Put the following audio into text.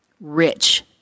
rich